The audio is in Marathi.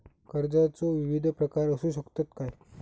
कर्जाचो विविध प्रकार असु शकतत काय?